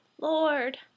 Lord